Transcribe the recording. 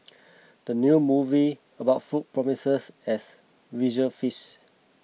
the new movie about food promises as visual feast